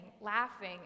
laughing